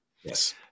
yes